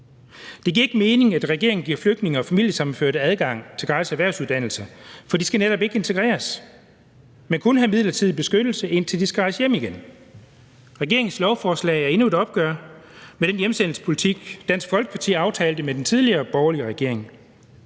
Det giver ikke mening, at regeringen giver flygtninge og familiesammenførte adgang til gratis erhvervsuddannelser, for de skal netop ikke integreres, men kun have midlertidig beskyttelse, indtil de skal rejse hjem igen. Regeringens lovforslag er endnu et opgør med den hjemsendelsespolitik, Dansk Folkeparti aftalte med den tidligere borgerlige regering.